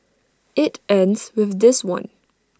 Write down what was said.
IT ends with this one